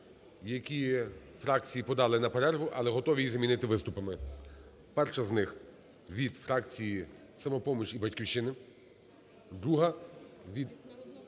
які фракції подали на перерву, але готові їх замінити виступами. Перша з них від фракції "Самопоміч" і "Батьківщини", друга – від "Народного